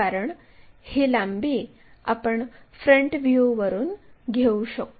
कारण ही लांबी आपण फ्रंट व्ह्यूवरून घेऊ शकतो